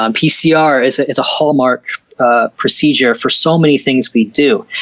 um pcr is ah is a hallmark ah procedure for so many things we do.